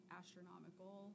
astronomical